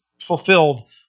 fulfilled